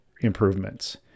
improvements